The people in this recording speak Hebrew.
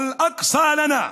ואל-אקצא הוא שלנו,